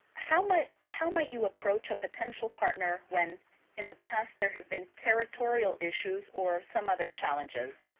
how might how might you approach a potential partner when in the past there have been territorial issues or some other challenges?